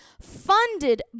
funded